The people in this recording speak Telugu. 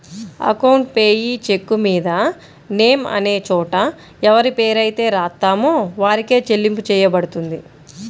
అకౌంట్ పేయీ చెక్కుమీద నేమ్ అనే చోట ఎవరిపేరైతే రాత్తామో వారికే చెల్లింపు చెయ్యబడుతుంది